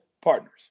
partners